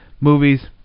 movies